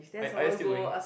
are are you still going